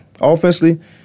Offensively